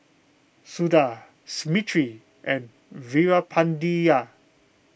Suda Smriti and Veerapandiya